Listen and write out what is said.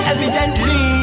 Evidently